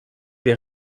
des